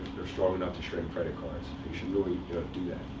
they're strong enough to shred credit cards. and you should really do that.